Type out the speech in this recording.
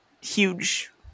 huge